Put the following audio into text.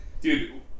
Dude